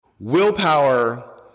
Willpower